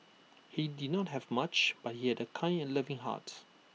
he did not have much but he had A kind and loving heart